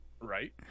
Right